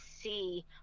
see